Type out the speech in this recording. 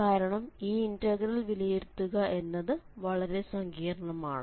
കാരണം ഈ ഇന്റഗ്രൽ വിലയിരുത്തുക എന്നത് വളരെ സങ്കീർണ്ണമാണ്